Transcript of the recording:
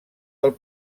del